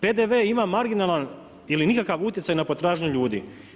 PDV ima marginalan ili nikakvi utjecaj na potražnju ljudi.